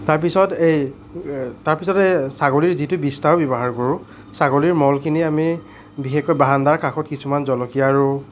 তাৰ পিছত এই তাৰ পিছতে ছাগলীৰ যিটো বিষ্ঠাৰ ব্যৱহাৰ কৰোঁ ছাগলীৰ মলখিনি আমি বিশেষকৈ বাৰান্দাৰ কাষত কিছুমান জলকীয়া আৰু